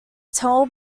tell